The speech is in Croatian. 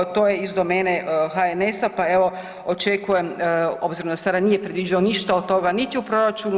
To je iz domene HNS-a, pa evo očekujem obzirom da sada nije predviđeno ništa od toga niti u proračunu.